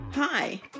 Hi